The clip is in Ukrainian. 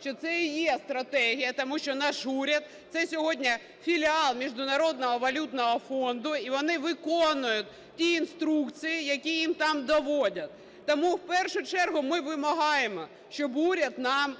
що це є стратегія, тому що наш уряд - це сьогодні філіал Міжнародного валютного фонду, і вони виконують ті інструкції, які їм там доводять. Тому в першу чергу ми вимагаємо, щоб уряд нам